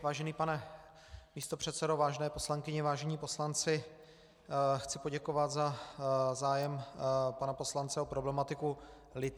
Vážený pane místopředsedo, vážené poslankyně, vážení poslanci, chci poděkovat za zájem pana poslance o problematiku lithia.